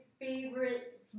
favorite